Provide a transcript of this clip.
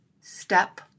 step